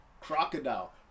Crocodile